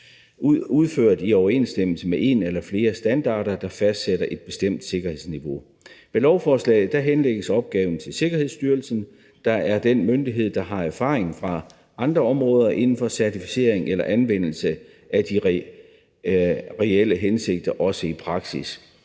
udført i overensstemmelse med en eller flere standarder, der fastsætter et bestemt sikkerhedsniveau. Med lovforslaget henlægges opgaven til Sikkerhedsstyrelsen, der er den myndighed, der har erfaring fra andre områder inden for certificering eller anvendelse i forhold til de reelle hensigter, også i praksis.